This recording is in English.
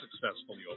successfully